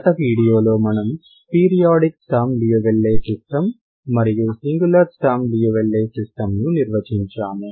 గత వీడియోలో మనము పీరియాడిక్ స్టర్మ్ లియోవిల్లే సిస్టమ్ మరియు సింగులర్ స్టర్మ్ లియోవిల్లే సిస్టమ్ ను నిర్వచించాము